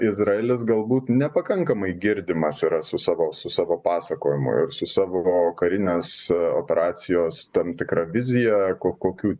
izraelis galbūt nepakankamai girdimas yra su savo su savo pasakojimu ir su savo karinės operacijos tam tikra vizija ko kokių